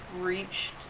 reached